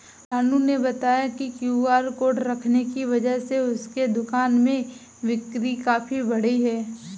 रानू ने बताया कि क्यू.आर कोड रखने की वजह से उसके दुकान में बिक्री काफ़ी बढ़ी है